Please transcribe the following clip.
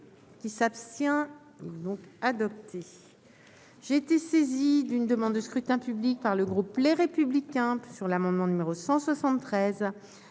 ...